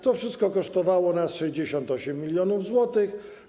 To wszystko kosztowało nas 68 mln zł.